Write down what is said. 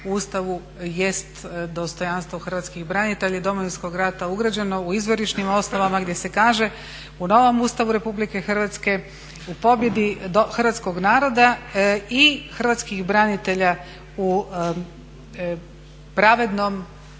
Ustavu jest dostojanstvo hrvatskih branitelja i Domovinskog rata ugrađeno u izvorišnim osnovama gdje se kaže u novom Ustavu Republike Hrvatske u pobjedi hrvatskog naroda i hrvatskih branitelja u pravednom,